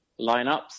lineups